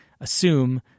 assume